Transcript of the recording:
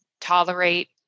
tolerate